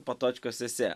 patočkos esė